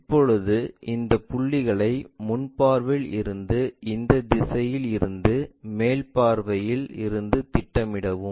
இப்போது இந்த புள்ளிகளை முன் பார்வையில் இருந்து இந்த திசையில் இருந்து மேல் பார்வையில் இருந்து திட்டமிடவும்